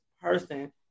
person